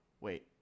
Wait